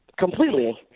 Completely